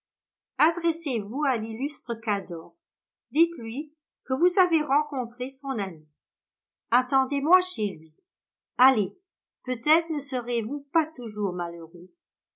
adressez-vous à l'illustre cador dites-lui que vous avez rencontré son ami attendez-moi chez lui allez peut-être ne serez-vous pas toujours malheureux